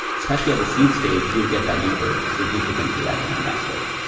especially at the seed stage, you'll get diluted significantly as an investor.